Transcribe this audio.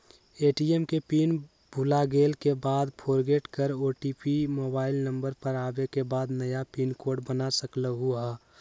ATM के pin भुलागेल के बाद फोरगेट कर ओ.टी.पी मोबाइल नंबर पर आवे के बाद नया पिन कोड बना सकलहु ह?